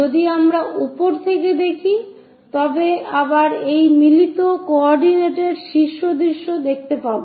যদি আমরা উপর থেকে দেখি তবে আবার এই মিলিত কোঅর্ডিনেটের শীর্ষ দৃশ্য দেখতে পাবো